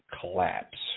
collapse